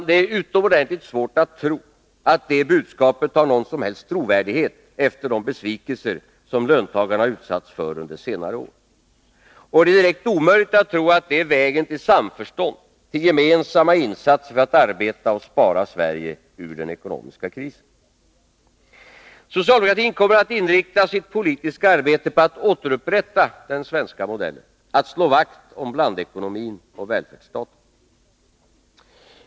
Det är utomordentligt svårt att tro att det budskapet har någon som helst trovärdighet efter de besvikelser som löntagarna utsatts för under senare år. Och det är direkt omöjligt att tro att det är vägen till samförstånd, till gemensamma insatser för att arbeta och spara Sverige ur den ekonomiska krisen. Socialdemokratin kommer att inrikta sitt politiska arbete på att återupprätta den svenska modellen, att slå vakt om blandekonomin och välfärdsstaten.